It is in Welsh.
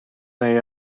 neu